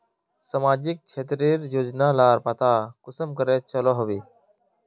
सामाजिक क्षेत्र रेर योजना लार पता कुंसम करे चलो होबे?